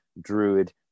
Druid